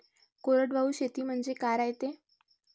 कोरडवाहू शेती म्हनजे का रायते?